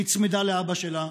נצמדה לאבא שלה,